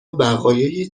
بقایای